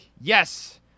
yes